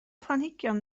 planhigion